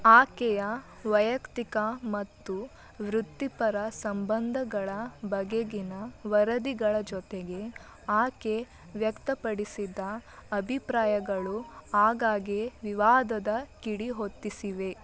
ಆಕೆಯ ವೈಯಕ್ತಿಕ ಮತ್ತು ವೃತ್ತಿಪರ ಸಂಬಂಧಗಳ ಬಗೆಗಿನ ವರದಿಗಳ ಜೊತೆಗೆ ಆಕೆ ವ್ಯಕ್ತಪಡಿಸಿದ ಅಭಿಪ್ರಾಯಗಳು ಆಗಾಗೆ ವಿವಾದದ ಕಿಡಿಹೊತ್ತಿಸಿವೆ